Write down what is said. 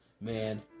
man